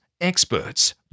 experts